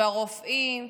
ברופאים,